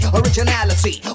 originality